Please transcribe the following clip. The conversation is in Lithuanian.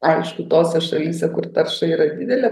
aišku tose šalyse kur tarša yra didelė